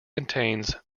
contains